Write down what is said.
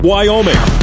Wyoming